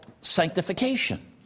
sanctification